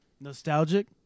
Nostalgic